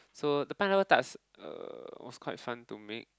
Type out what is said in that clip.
so the pineapple tarts uh was quite fun to make